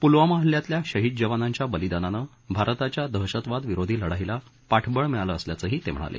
पुलवामा हल्ल्यातल्या शहीद जवानांच्या बलिदानानं भारताच्या दहशतवाद विरोधी लढाईला पाठबळ मिळालं असल्याचंही ते म्हणले